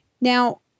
Now